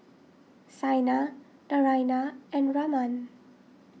Saina Naraina and Raman